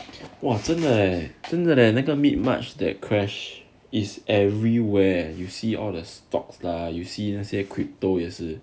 !wah! 真的 leh 真的 leh 那个 mid march that crash is everywhere you see all the stocks lah you see 那些 crypto 也是